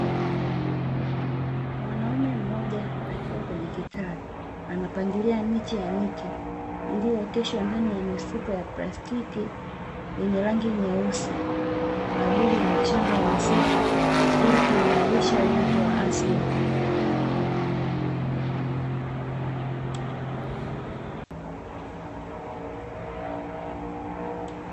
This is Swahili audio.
Mwanaume mmoja akiwa kwenye kitalu, anapangilia miche ya miti iliyooteshwa ndani ya mifuko ya plastiki yenye rangi nyeusi, kwa ajili ya mashamba ya misitu ili kuimarisha uoto wa asili.